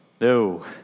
No